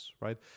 right